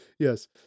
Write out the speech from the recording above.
Yes